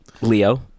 Leo